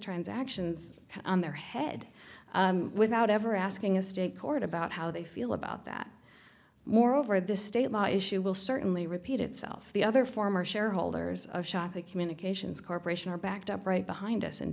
transactions on their head without ever asking a state court about how they feel about that moreover this state law issue will certainly repeat itself the other former shareholders of shockey communications corporation are backed up right behind us